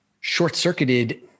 short-circuited